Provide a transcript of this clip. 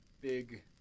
Big